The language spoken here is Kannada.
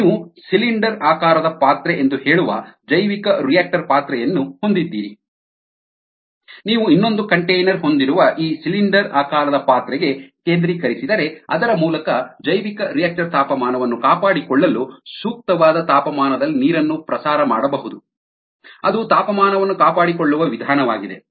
ನೀವು ಸಿಲಿಂಡರಾಕಾರದ ಪಾತ್ರೆ ಎಂದು ಹೇಳುವ ಜೈವಿಕರಿಯಾಕ್ಟರ್ ಪಾತ್ರೆಯನ್ನು ಹೊಂದಿದ್ದೀರಿ ನೀವು ಇನ್ನೊಂದು ಕಂಟೇನರ್ ಹೊಂದಿರುವ ಆ ಸಿಲಿಂಡರಾಕಾರದ ಪಾತ್ರೆಗೆ ಕೇಂದ್ರೀಕರಿಸಿದರೆ ಅದರ ಮೂಲಕ ಜೈವಿಕರಿಯಾಕ್ಟರ್ ತಾಪಮಾನವನ್ನು ಕಾಪಾಡಿಕೊಳ್ಳಲು ಸೂಕ್ತವಾದ ತಾಪಮಾನದಲ್ಲಿ ನೀರನ್ನು ಪ್ರಸಾರ ಮಾಡಬಹುದು ಅದು ತಾಪಮಾನವನ್ನು ಕಾಪಾಡಿಕೊಳ್ಳುವ ವಿಧಾನವಾಗಿದೆ